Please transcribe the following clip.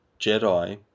Jedi